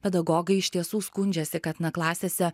pedagogai iš tiesų skundžiasi kad na klasėse